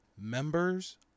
Members